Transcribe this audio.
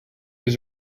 was